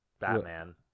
Batman